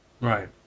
Right